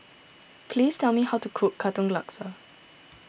please tell me how to cook Katong Laksa